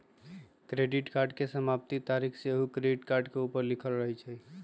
credit card के समाप्ति तारिख सेहो क्रेडिट कार्ड के ऊपर लिखल रहइ छइ